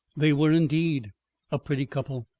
they were indeed a pretty couple,